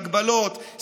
הגבלות,